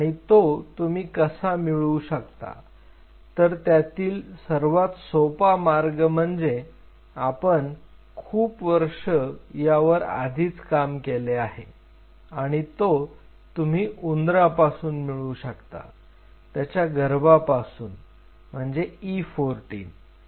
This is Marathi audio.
आणि तो तुम्ही कसा मिळू शकता तर त्यातील सर्वात सोपा मार्ग म्हणजे आपण खूप वर्ष यावर आधीच काम केले आहे आणि तो तुम्ही उंदरा पासून मिळू शकता त्याच्या गर्भापासून म्हणजे E14